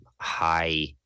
high